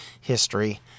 history